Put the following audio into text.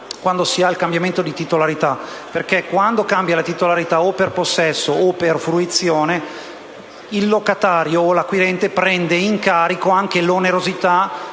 quando si ha un cambiamento di titolarità, perché quando cambia la titolarità, o per possesso o per fruizione, il locatario o l'acquirente prende in carico anche l'onerosità